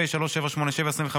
פ/3787/25,